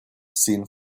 seen